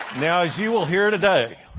now as you will hear today,